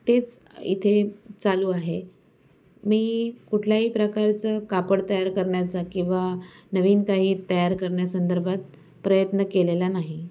तेच इथे चालू आहे मी कुठल्याही प्रकारचं कापड तयार करण्याचा किंवा नवीन काही तयार करण्यासंदर्भात प्रयत्न केलेला नाही